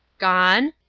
gone?